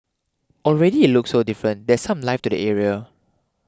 already it looks so different there's some life to the area